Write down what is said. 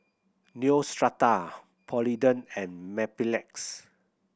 Neostrata Polident and Mepilex